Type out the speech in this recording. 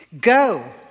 Go